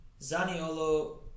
Zaniolo